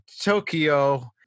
Tokyo